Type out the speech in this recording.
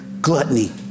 gluttony